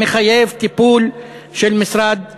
מחייב טיפול של משרד התחבורה.